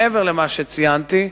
מעבר למה שציינתי,